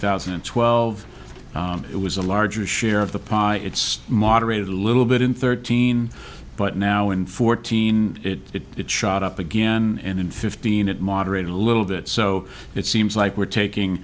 thousand and twelve it was a larger share of the pie it's moderated a little bit in thirteen but now in fourteen it shot up again and in fifteen it moderated a little bit so it seems like we're taking